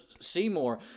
Seymour